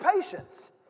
patience